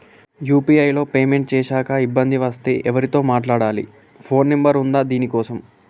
UPI లో payment చేశాక ఇబ్బంది వస్తే ఎవరితో మాట్లాడాలి? ఫోన్ నంబర్ ఉందా దీనికోసం?